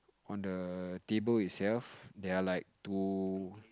on the table itself there are like two